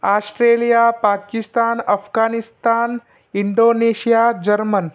Australia Pakistan Afghanistan Indonesia Germany